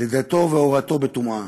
לידתו והורתו בטומאה.